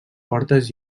portes